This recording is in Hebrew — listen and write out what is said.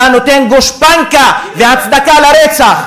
אתה נותן גושפנקה והצדקה לרצח,